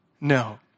No